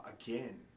again